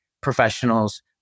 professionals